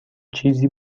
چیزی